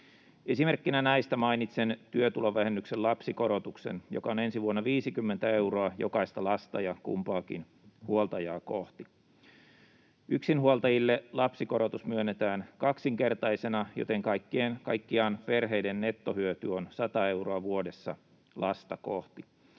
Esimerkkinä näistä mainitsen työtulovähennyksen lapsikorotuksen, joka on ensi vuonna 50 euroa jokaista lasta ja kumpaakin huoltajaa kohti. Yksinhuoltajille lapsikorotus myönnetään kaksinkertaisena, joten kaikkiaan perheiden nettohyöty on 100 euroa vuodessa lasta kohti.